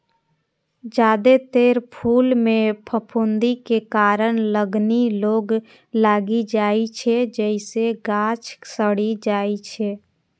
जादेतर फूल मे फफूंदी के कारण गलनी रोग लागि जाइ छै, जइसे गाछ सड़ि जाइ छै